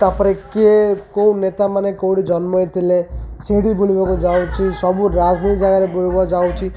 ତାପରେ କିଏ କେଉଁ ନେତାମାନେ କେଉଁଠି ଜନ୍ମ ହୋଇଥିଲେ ସେଠି ବୁଲିବାକୁ ଯାଉଚି ସବୁ ରାଜନୀତି ଜାଗାରେ ବୁଲିବାକୁ ଯାଉଛି